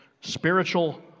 spiritual